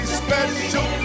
special